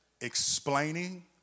explaining